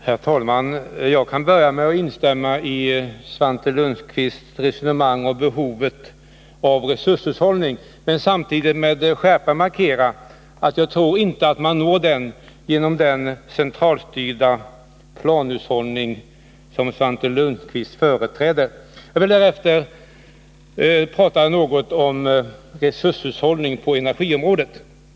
Herr talman! Jag skall börja med att instämma i Svante Lundkvists resonemang om behovet av resurshushållning, men jag vill samtidigt med skärpa markera att jag inte tror att man når den genom en centralstyrd planhushållning, som Svante Lundkvist företräder. Jag vill därefter tala något om resurshushållning på energiområdet.